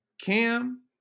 Cam